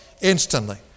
instantly